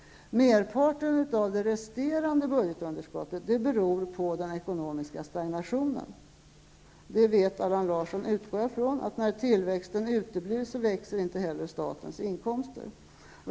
Merparten av det resterande budgetunderskottet beror på den ekonomiska stagnationen. Jag utgår ifrån att Allan Larsson vet att när tillväxten uteblir växer inte heller statens inkomster.